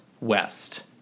west